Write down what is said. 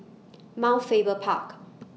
Mount Faber Park